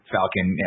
Falcon